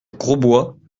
grosbois